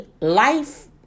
life